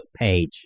page